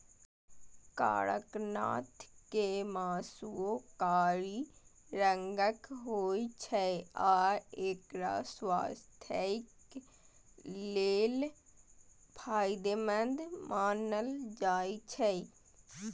कड़कनाथ के मासुओ कारी रंगक होइ छै आ एकरा स्वास्थ्यक लेल फायदेमंद मानल जाइ छै